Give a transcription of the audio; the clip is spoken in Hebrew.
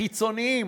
"חיצוניים",